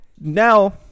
now